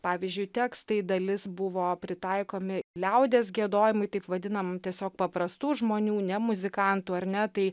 pavyzdžiui tekstai dalis buvo pritaikomi liaudies giedojimui taip vadinamu tiesiog paprastų žmonių ne muzikantų ar ne tai